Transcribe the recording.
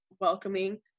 welcoming